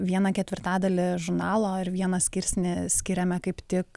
vieną ketvirtadalį žurnalo ar vieną skirsnį skiriame kaip tik